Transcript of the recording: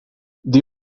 they